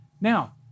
Now